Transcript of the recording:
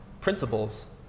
principles